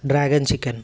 dragon chicken